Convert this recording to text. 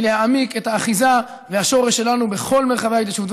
מלהעמיק את האחיזה והשורש שלנו בכל מרחבי ההתיישבות.